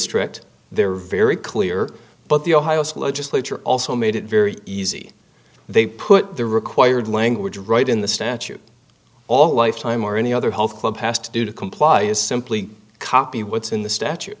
strict they're very clear but the ohio school legislature also made it very easy they put the required language right in the statute all lifetime or any other health club past due to comply is simply copy what's in the statute